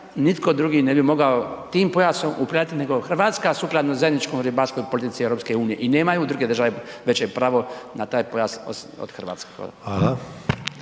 nitko drugi ne bi mogao tim pojasom upravljati nego Hrvatska sukladno zajedničkoj ribarskoj politici EU-a i nemaju druge države veće pravo na taj pojas od Hrvatske.